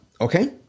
Okay